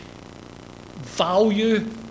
value